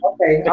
Okay